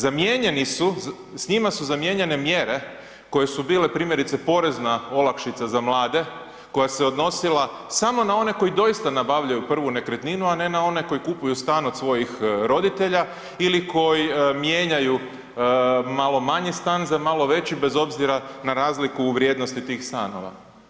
Zamijenjeni su, s njima su zamijenjene mjere koje su bile, primjerice porezna olakšica za mlade, koja se odnosila samo na one koji doista nabavljaju prvu nekretninu, a ne na one koji kupuje stan od svojih roditelji ili koji mijenjaju malo manji stan za malo veći bez obzira na razliku u vrijednosti tih stanova.